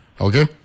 Okay